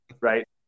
right